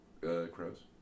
crows